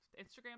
Instagram